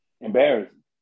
embarrassing